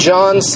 John